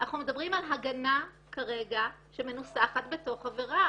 אנחנו מדברים על הגנה שמנוסחת בתוך עבירה,